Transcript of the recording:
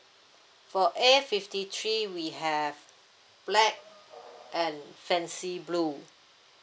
for A fifty three we have black and fancy blue